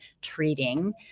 treating